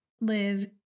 live